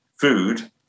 food